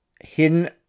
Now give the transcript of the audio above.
Hidden